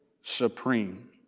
supreme